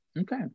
Okay